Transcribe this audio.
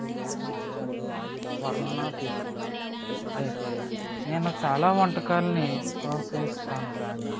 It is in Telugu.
అది చాలా మంచి అనుభవం వర్ణనాతీతం అయితే నేను చాలా వంటకాల్ని ప్రోత్సహిస్తాను కానీ